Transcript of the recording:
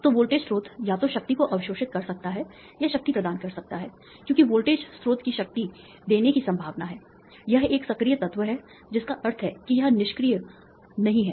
तो वोल्टेज स्रोत या तो शक्ति को अवशोषित कर सकता है या शक्ति प्रदान कर सकता है क्योंकि वोल्टेज स्रोत की शक्ति देने की संभावना है यह एक सक्रिय तत्व है जिसका अर्थ है कि यह निष्क्रिय नहीं है